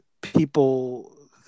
people